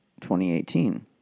2018